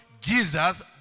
Jesus